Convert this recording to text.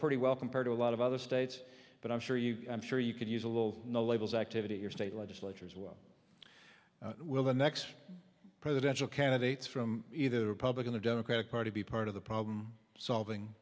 pretty well compared to a lot of other states but i'm sure you i'm sure you could use a little no labels activity your state legislature as well will the next presidential candidates from either the republican or democratic party be part of the problem solving